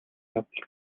явдал